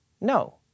No